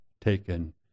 taken